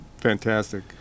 fantastic